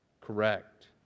correct